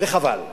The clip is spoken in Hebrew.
וחבל.